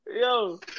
Yo